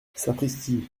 sapristi